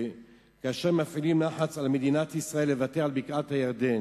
כאשר מפעילים לחץ על מדינת ישראל לוותר על בקעת-הירדן,